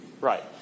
Right